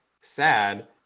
sad